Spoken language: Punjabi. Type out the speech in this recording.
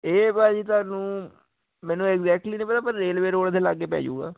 ਇਹ ਭਾਅ ਜੀ ਤੁਹਾਨੂੰ ਮੈਨੂੰ ਐਗਜੈਟਲੀ ਨੀ ਪਤਾ ਪਰ ਰੇਲਵੇ ਰੋਡ ਦੇ ਲਾਗੇ ਪੈ ਜੁਗਾ